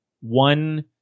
one